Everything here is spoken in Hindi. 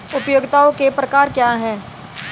उपयोगिताओं के प्रकार क्या हैं?